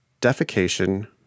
defecation